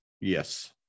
yes